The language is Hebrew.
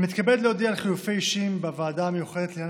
אני מתכבד להודיע על חילופי אישים בוועדה המיוחדת לענייני